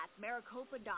maricopa.gov